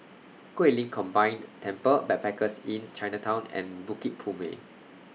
Guilin Combined Temple Backpackers Inn Chinatown and Bukit Purmei